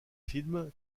films